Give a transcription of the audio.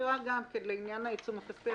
מזכירה לעניין העיצום הכספי,